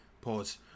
Pause